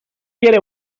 get